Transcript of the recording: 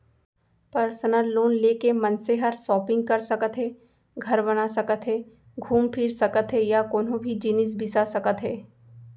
personal loan ले के मनसे हर सॉपिंग कर सकत हे, घर बना सकत हे घूम फिर सकत हे या कोनों भी जिनिस बिसा सकत हे